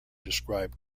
describe